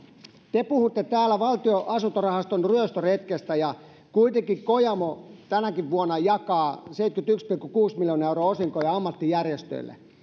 te puhutte täällä valtion asuntorahaston ryöstöretkestä ja kuitenkin kojamo tänäkin vuonna jakaa seitsemänkymmentäyksi pilkku kuusi miljoonaa euroa osinkoja ammattijärjestöille